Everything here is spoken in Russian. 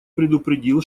предупредил